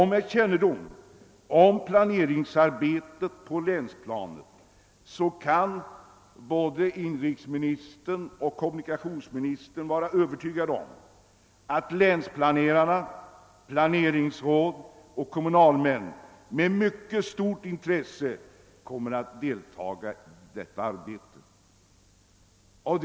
Med kännedom om planeringsarbetet på länsplanet kan både inrikesministern och kommunikationsministern = vara övertygade om att länsplanerarna, planeringsråd och kommunalmän med stort intresse kommer att delta i detta arbe te.